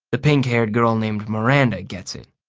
the pink-haired girl named miranda gets it.